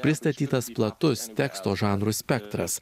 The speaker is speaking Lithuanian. pristatytas platus teksto žanrų spektras